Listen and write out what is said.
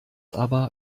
aber